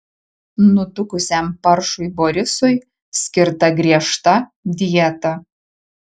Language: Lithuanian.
nutukusiam paršui borisui skirta griežta dieta